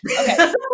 Okay